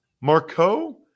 Marco